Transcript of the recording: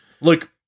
look